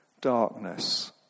darkness